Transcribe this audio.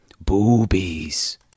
Boobies